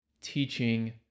teaching